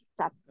step